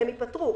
ייפתרו.